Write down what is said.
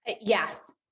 Yes